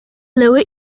lower